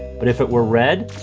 but if it were red?